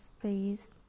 please